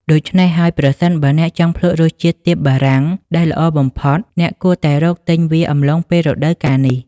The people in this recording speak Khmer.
ដូច្នេះហើយ ប្រសិនបើអ្នកចង់ភ្លក់រសជាតិទៀបបារាំងដែលល្អបំផុត អ្នកគួរតែរកទិញវាអំឡុងពេលរដូវកាលនេះ។